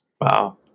Wow